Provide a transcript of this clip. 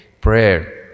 prayer